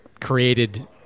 created